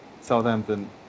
Southampton